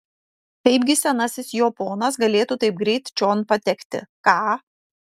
kaipgi senasis jo ponas galėtų taip greit čion patekti ką